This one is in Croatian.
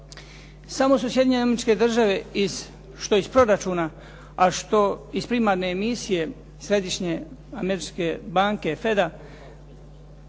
Samo su Sjedinjene Američke Države, što iz proračuna, a što iz primarne emisije Središnje američke banke FEDA